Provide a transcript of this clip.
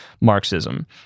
Marxism